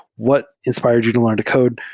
what inspired you to learn to code?